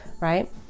right